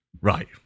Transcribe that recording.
Right